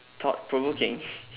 thought provoking